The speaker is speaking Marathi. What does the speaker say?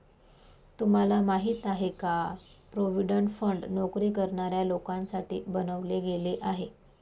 तुम्हाला माहिती आहे का? प्रॉव्हिडंट फंड नोकरी करणाऱ्या लोकांसाठी बनवले गेले आहे